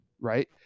right